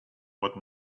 what